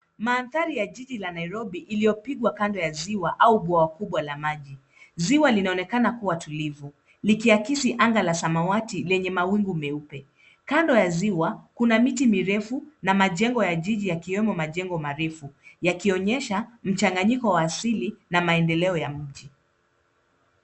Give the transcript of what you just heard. Mandhari ya jiji la Nairobi iliyopigwa kando ya ziwa au bwawa kubwa la maji. Ziwa linaonekana kuwa tulivu likiakisi anga la samawati lenye mawingu meupe. Kando ya ziwa kuna miti mirefu na majengo ya jiji yakiwemo majengo marefu yakionyesha mchanganyiko wa asili na maendeleo ya mji.